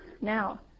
now